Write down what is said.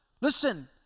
Listen